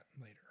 later